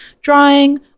drawing